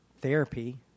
therapy